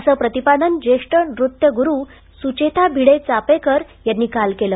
असं प्रतिपादन ज्येष्ठ नृत्य गुरु सुचेता भिडे चापेकर यांनी काल केलं